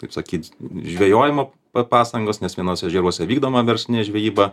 kaip sakyt žvejojimo pa pastangos nes vienuose ežeruose vykdoma verslinė žvejyba